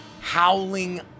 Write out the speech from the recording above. howling